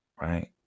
right